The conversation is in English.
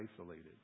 isolated